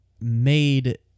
made